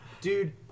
Dude